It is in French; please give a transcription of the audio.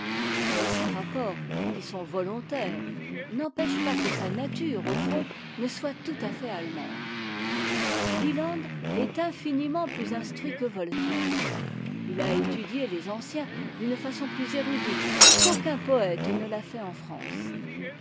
mais ces rapports qui sont volontaires n'empêchent pas que sa nature au fond ne soit tout à fait allemande wietaad est infiniment plus instruit que voltaire il a étudié les anciens d'une façon plus érudite qu'aucun poëte ne t'a fait en france